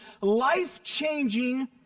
life-changing